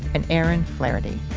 and aaron flaherty.